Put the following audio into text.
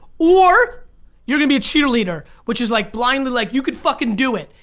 or you're gonna be a cheerleader, which is like blindly like you could fucking do it.